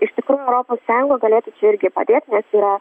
iš tikrųjų europos sąjunga galėtų čia irgi padėt nes yra